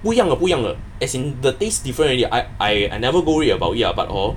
不一样的不一样的 as in the tastes different already I I I never go read about it uh but hor